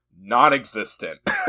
Non-existent